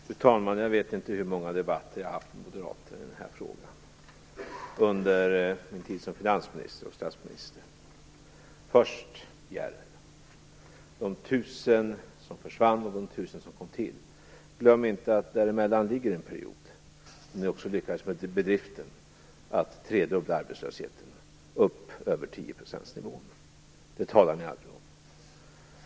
Fru talman! Jag vet inte hur många debatter jag har haft med moderater i den här frågan under min tid som finansminister och som statsminister. Först, Järrel, de tusen jobb som försvann och de tusen som kom till. Glöm inte att det däremellan var en period då ni lyckades med bedriften att tredubbla arbetslösheten upp över tioprocentsnivån. Detta talar ni aldrig om.